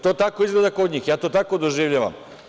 To tako izgleda kod njih i ja to tako doživljavam.